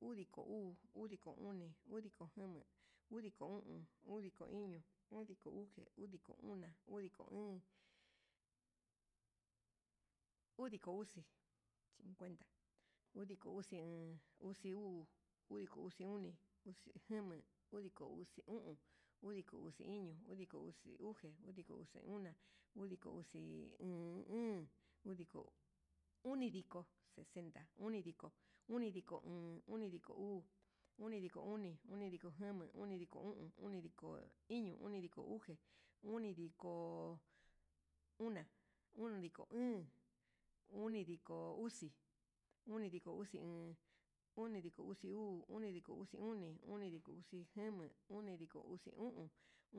Udiko uu, udiko oni, udiko jama, udiko o'on, uydiko iño, udiko uxe, udiko ona, udiko óón, udiko uxi cincuenta, udiko uxi oon, udiko uxi uu, udiko uxi oni, udiko uxi jama, udiko uxi o'on, udiko uu iño udiko uxi uxe, udiko uxi una, udiko uxi óón, unidiko sesenta, unidiko uu, unidiko oni, unidiko jama, unidiko jama, unidiko o'on, unidiko iño, unidiko uxe, unidiko ona, unidiko uxi, unidiko uxi oon, udinidiko uxi uu, unidiko uxi oni, unidiko uxi jama, unidiko uxi o'on,